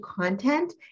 content